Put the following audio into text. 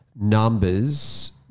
numbers